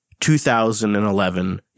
2011